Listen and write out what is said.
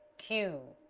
que